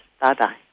Bye-bye